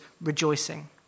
rejoicing